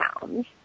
pounds